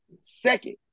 second